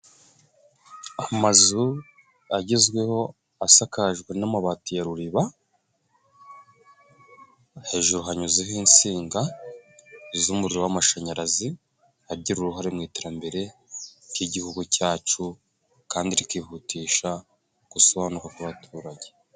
Amazu agezweho asakajwe n'amabati ya Ruriba, hejuru hanyuzeho insinga z'umuriro w'amashanyarazi agira uruhare mu iterambere ry'igihugu cyacu kandi rikihutisha ugusobanuka kw'abaturage.